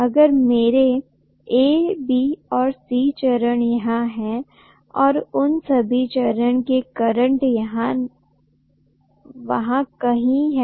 अगर मेरे A B और C चरण यहाँ है और उन सभी चरण के करंट यहाँ कहीं है